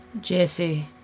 Jesse